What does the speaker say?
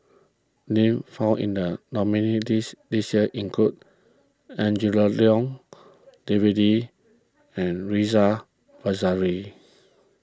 names found in the nominees' list this year include Angela Liong David Lee and Ridzwan Dzafir